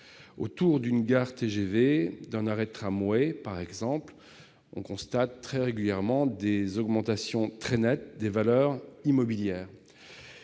Autour d'une gare TGV ou d'un arrêt de tramway, par exemple, on constate très régulièrement des augmentations très nettes des valeurs immobilières.